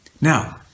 now